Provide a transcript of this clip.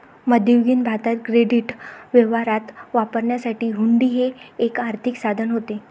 मध्ययुगीन भारतात क्रेडिट व्यवहारात वापरण्यासाठी हुंडी हे एक आर्थिक साधन होते